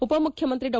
ಉಪಮುಖ್ಯಮಂತ್ರಿ ಡಾ